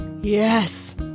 Yes